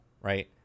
Right